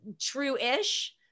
true-ish